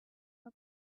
your